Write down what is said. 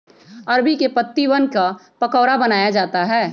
अरबी के पत्तिवन क पकोड़ा बनाया जाता है